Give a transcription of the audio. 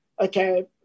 okay